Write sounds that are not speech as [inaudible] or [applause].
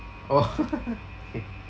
oh [laughs] K